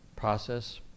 process